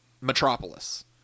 Metropolis